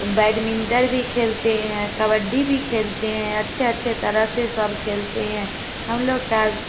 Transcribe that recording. badminton ही खेलते है कब्बडी भी खेलते है अच्छे अच्छे तरह से सब खेलते है हम लोग का